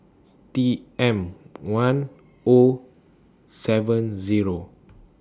T M one O seven Zero